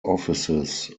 offices